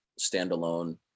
standalone